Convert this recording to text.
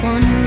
One